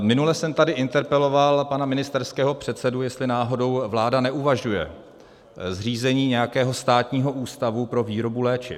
Minule jsem tady interpeloval pana ministerského předsedu, jestli náhodou vláda neuvažuje o zřízení nějakého státního ústavu pro výrobu léčiv.